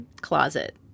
closet